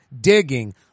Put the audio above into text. digging